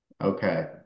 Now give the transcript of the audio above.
Okay